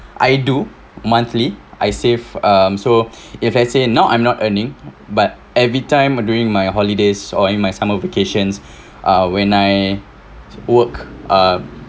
I do monthly I save um so if let's say now I'm not earning but every time during my holidays or in my summer vacations uh when I work uh